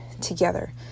together